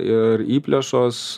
ir įplėšos